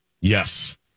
Yes